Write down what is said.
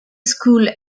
school